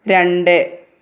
രണ്ട്